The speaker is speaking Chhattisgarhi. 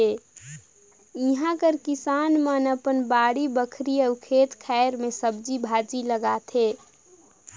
इहां कर किसान मन अपन बाड़ी बखरी अउ खेत खाएर में सब्जी भाजी लगाथें